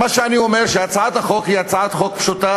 אני אומר שהצעת החוק היא הצעת חוק פשוטה,